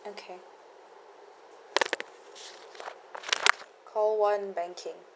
okay call one banking